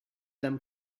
them